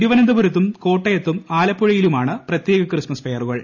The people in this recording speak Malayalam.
തിരുവനന്തപുരത്തും കോട്ടയത്തും ആലപ്പുഴയിലുമാണ് പ്രത്യേക ക്രിസ്മസ് ഫെയറുകൾ